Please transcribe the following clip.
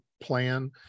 plan